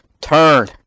turn